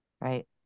right